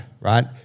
right